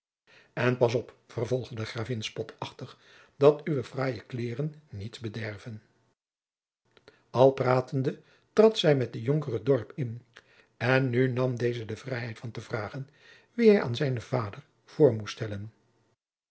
en pas op vervolgde de gravin spotachtig dat uwe fraaie kleêren niet bederven al pratende trad zij met den jonker het dorp in en nu nam deze de vrijheid van te vragen wie hij aan zijnen vader voor moest stellen